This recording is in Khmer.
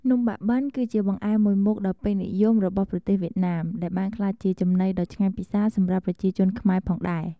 នំបាក់បិន គឺជាបង្អែមមួយមុខដ៏ពេញនិយមរបស់ប្រទេសវៀតណាម ដែលបានក្លាយជាចំណីដ៏ឆ្ងាញ់ពិសាសម្រាប់ប្រជាជនខ្មែរផងដែរ។